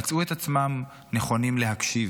אנשים מצאו את עצמם נכונים להקשיב,